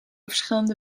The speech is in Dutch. verschillende